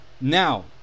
Now